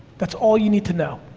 that's all you need to know.